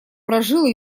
прожил